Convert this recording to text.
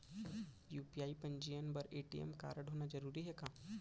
UPI पंजीयन बर ATM कारडहोना जरूरी हे का?